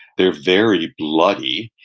they're very bloody.